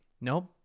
Nope